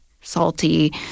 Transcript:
salty